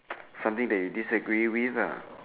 some things disagree with ah